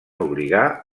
obligar